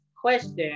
question